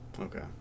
Okay